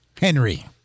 Henry